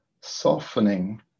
softening